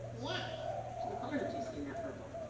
yeah colors do you see in that purple?